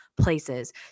places